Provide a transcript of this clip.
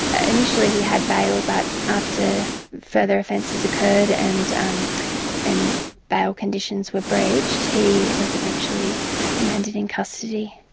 initially he had bail but after further offences occurred and um and bail conditions were breached, he was eventually remanded in custody.